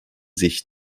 sich